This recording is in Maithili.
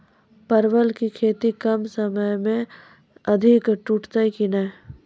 परवल की खेती कम समय मे अधिक टूटते की ने?